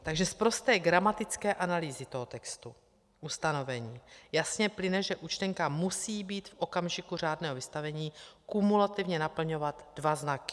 Takže z prosté gramatické analýzy toho textu ustanovení jasně plyne, že účtenka musí být v okamžiku řádného vystavení kumulativně naplňovat dva znaky: